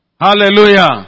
Hallelujah